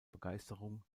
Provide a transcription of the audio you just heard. begeisterung